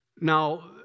Now